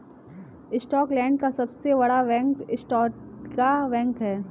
Scotland का सबसे बड़ा बैंक स्कॉटिया बैंक है